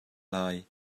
lai